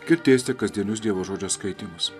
girdėsite kasdienius dievo žodžio skaitymus